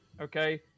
okay